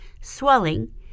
swelling